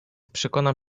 przekonam